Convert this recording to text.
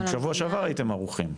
גם שבוע שעבר הייתם ערוכים.